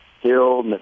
Hill